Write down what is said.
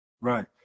Right